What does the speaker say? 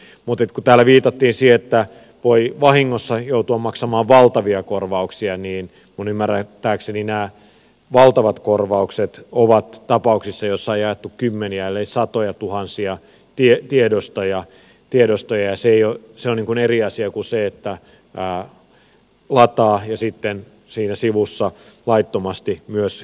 mutta kun täällä viitattiin siihen että voi vahingossa joutua maksamaan valtavia korvauksia niin minun ymmärtääkseni nämä valtavat korvaukset ovat tapauksissa joissa on jaettu kymmeniä ellei satojatuhansia tiedostoja ja se on eri asia kuin se että lataa ja sitten siinä sivussa laittomasti myös jakaa